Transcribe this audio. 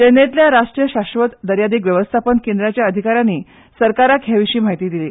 चेन्नयतल्या राश्ट्रीय शाश्वत दर्यादेग वेवस्थापन केंद्राच्या अधिकाऱ्यानी सरकाराक हेविशी म्हायती दिली